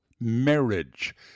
Marriage